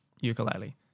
ukulele